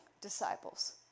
disciples